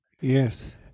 Yes